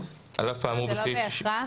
עידו, סליחה, זה לא בהכרח.